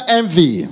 envy